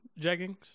jeggings